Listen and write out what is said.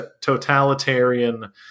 totalitarian